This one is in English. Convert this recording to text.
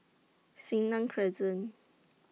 Senang Crescent